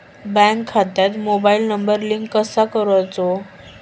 Bank खात्यात mobile number link कसो करायचो?